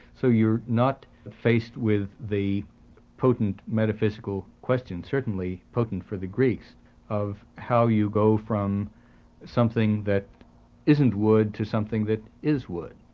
so you are not faced with the potent metaphysical question-certainly potent for the greeks-of how you go from something that isn't wood to something that is wood.